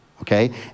okay